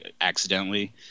accidentally